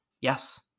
yes